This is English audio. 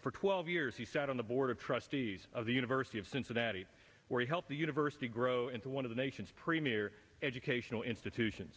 for twelve years he sat on the board of trustees of the university of cincinnati where he helped the university grow into one of the nation's premier educational institution